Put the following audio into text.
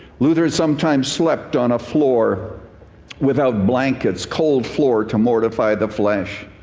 luther sometimes slept on a floor without blankets, cold floor to mortify the flesh.